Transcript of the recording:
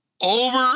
Over